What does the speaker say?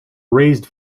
raised